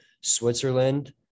Switzerland